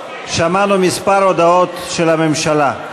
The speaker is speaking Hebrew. שמענו כמה הודעות של הממשלה,